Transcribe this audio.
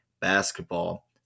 basketball